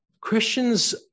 Christians